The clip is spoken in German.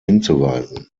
hinzuweisen